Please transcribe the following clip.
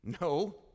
No